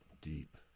Deep